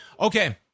Okay